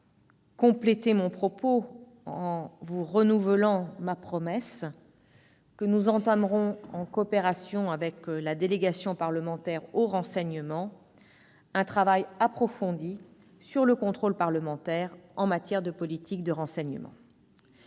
voudrais par ailleurs renouveler ma promesse : nous entamerons, en coopération avec la délégation parlementaire au renseignement, un travail approfondi sur le contrôle parlementaire en matière de politique de renseignement.